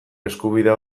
eskubidea